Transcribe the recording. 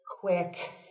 quick